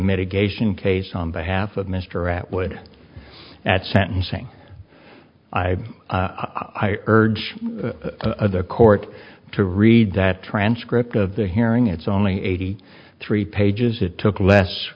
mitigation case on behalf of mr atwood at sentencing i i urge the court to read that transcript of the hearing it's only eighty three pages it took less